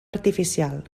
artificial